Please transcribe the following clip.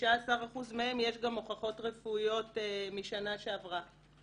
ל-19% מהם יש גם הוכחות רפואיות משנה שעברה.